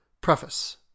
Preface